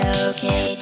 okay